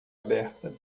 aberta